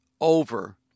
over